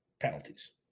penalties